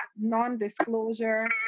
non-disclosure